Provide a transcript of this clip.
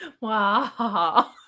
Wow